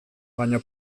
baina